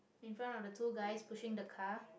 in front of the two guys pushing the car